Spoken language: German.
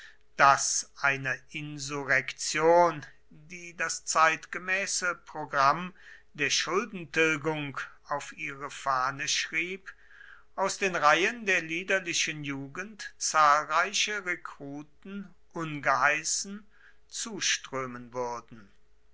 daß einer insurrektion die das zeitgemäße programm der schuldentilgung auf ihre fahne schrieb aus den reihen der liederlichen jugend zahlreiche rekruten ungeheißen zuströmen würden